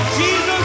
Jesus